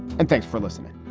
and thanks for listening